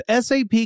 SAP